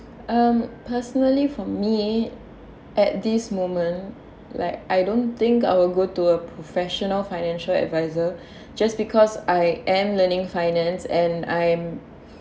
um personally for me at this moment like I don't think I will go to a professional financial adviser just because I am learning finance and I'm